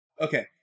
Okay